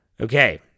Okay